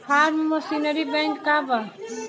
Form machinery bank का बा?